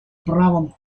правом